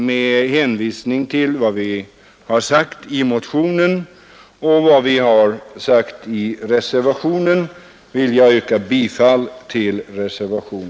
Med hänvisning till vad som sagts i motionen och vad som anförts i reservationen yrkar jag bifall till min reservation.